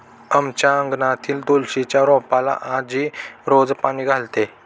आमच्या अंगणातील तुळशीच्या रोपाला आजी रोज पाणी घालते